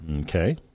Okay